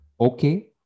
Okay